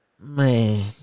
man